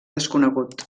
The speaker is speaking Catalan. desconegut